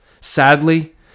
Sadly